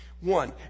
One